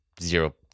zero